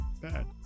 bad